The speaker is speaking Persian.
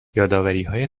یادآوریهای